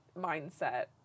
mindset